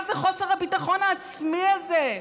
מה זה חוסר הביטחון העצמי הזה?